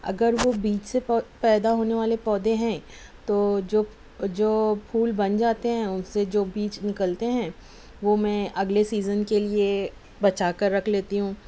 اگر وہ بیج سے پہ پیدا ہونے والے پودے ہیں تو جو جو پھول بن جاتے ہیں ان سے جو بیج نکلتے ہیں وہ میں اگلے سیزن کے لئے بچا کر رکھ لیتی ہوں